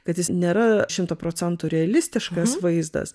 kad jis nėra šimtu procentų realistiškas vaizdas